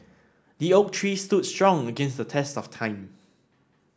the oak tree stood strong against the test of time